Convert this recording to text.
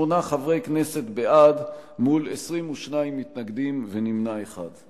חברי כנסת בעד מול 22 מתנגדים ונמנע אחד.